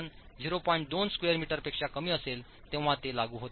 2 square metre पेक्षा कमी असेल तेव्हाच ते लागू होते